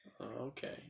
Okay